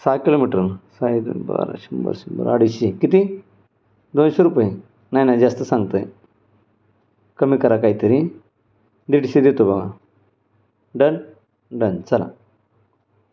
सहा kilometre side बरं शंभर शंभर अडीचशे किती दोनशे रुपये नाही नाही जास्त सांगताय कमी करा काहीतरी दीडशे देतो बघा डन डन चला